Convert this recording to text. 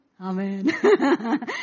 Amen